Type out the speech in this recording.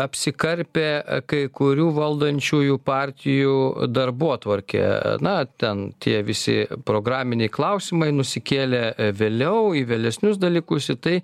apsikarpė kai kurių valdančiųjų partijų darbotvarkė na ten tie visi programiniai klausimai nusikėlė vėliau į vėlesnius dalykus į tai